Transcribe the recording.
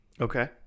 Okay